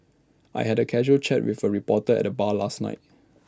I had A casual chat with A reporter at the bar last night